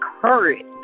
courage